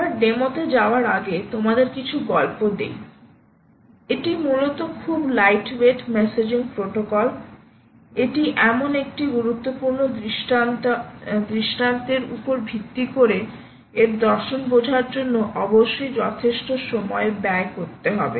আমরা ডেমোতে যাওয়ার আগে তোমাদের কিছু গল্প দেই এটি মূলত খুব লাইটওয়েটেড মেসেজিং প্রোটোকল এটি এমন একটি গুরুত্বপূর্ণ দৃষ্টান্তের উপর ভিত্তি করে এর দর্শন বোঝার জন্য অবশ্যই যথেষ্ট সময় ব্যয় করতে হবে